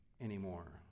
anymore